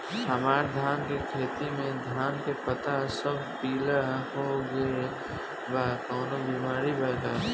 हमर धान के खेती में धान के पता सब पीला हो गेल बा कवनों बिमारी बा का?